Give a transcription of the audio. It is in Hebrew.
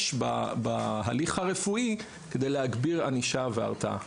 בהליך הרפואי כדי להגביר ענישה והרתעה.